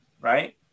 right